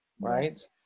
right